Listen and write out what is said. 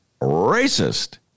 racist